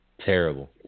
Terrible